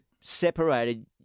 separated –